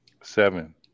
Seven